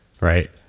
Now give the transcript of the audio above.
right